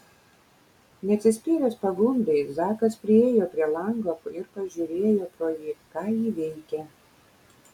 neatsispyręs pagundai zakas priėjo prie lango ir pažiūrėjo pro jį ką ji veikia